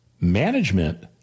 management